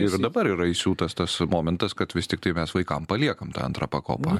ir dabar yra įsiūtas tas momentas kad vis tiktai mes vaikam paliekam tą antrą pakopą